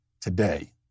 today